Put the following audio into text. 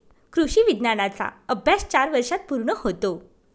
कृषी विज्ञानाचा अभ्यास चार वर्षांत पूर्ण होतो